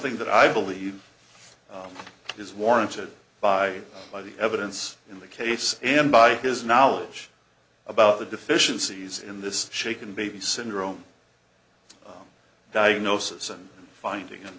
thing that i believe is warranted by by the evidence in the case and by his knowledge about the deficiencies in this shaken baby syndrome diagnosis and finding an